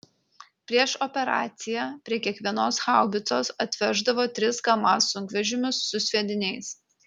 prieš operaciją prie kiekvienos haubicos atveždavo tris kamaz sunkvežimius su sviediniais